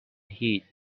heat